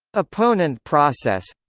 opponent process